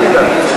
אם אני, אל תדאג.